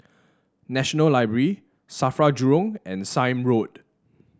National Library Safra Jurong and Sime Road